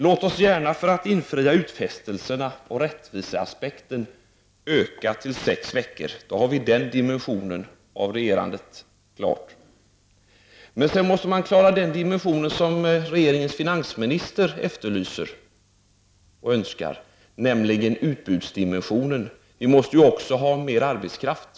Låt oss gärna för att infria utfästelsen om rättvisa öka semestern till sex veckor. Då har vi den dimensionen av regerandet klar. Men sedan måste man klara den dimension som regeringens finansminister efterlyser, nämligen utbudsdimensionen. Vi måste också ha mer arbetskraft.